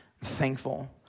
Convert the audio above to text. Thankful